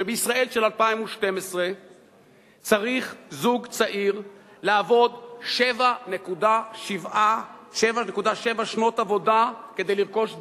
שבישראל של 2012 צריך זוג צעיר לעבוד 7.7 שנות עבודה כדי לרכוש דירה,